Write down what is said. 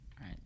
right